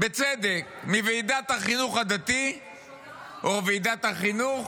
בצדק, מוועידת החינוך הדתי או מוועידת החינוך